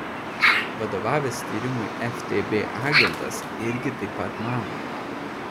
vadovavęs tyrimui ftb agentas irgi taip pat mano